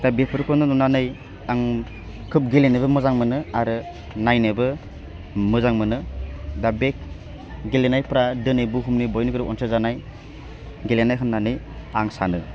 दा बेफोरखौनो नुनानै आं खोब गेलेनोबो मोजां मोनो आरो नायनोबो मोजां मोनो दा बे गेलेनायफ्रा दिनै बुहुमनि बयनिख्रुइबो अनसायजानाय गेलेनाय होन्नानै आं सानो